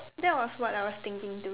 that was what I was thinking too